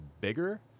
bigger